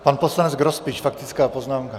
Pan poslanec Grospič, faktická poznámka.